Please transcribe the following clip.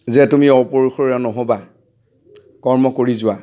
যে তুমি অপৰিসৰে নহ'বা কৰ্ম কৰি যোৱা